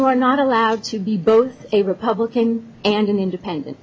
you are not allowed to be both a republican and an independent